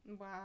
Wow